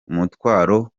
umutwaro